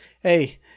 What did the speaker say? hey